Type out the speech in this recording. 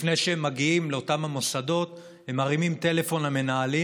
לפני שהם מגיעים לאותם מוסדות הם מרימים טלפון למנהלים,